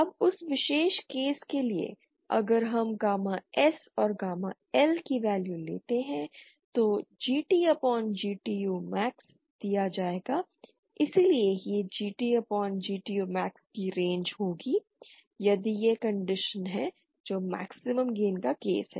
अब उस विशेष केस के लिए अगर हम गामा S और गामा L की वैल्यू लेते हैं तो GT अपॉन GTU मैक्स दिया जाएगा इसलिए यह GT अपॉन GTU मैक्स की रेंज होगी यदि यह कंडीशन है जो मैक्सिमम गेन का केस है